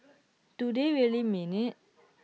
do they really mean IT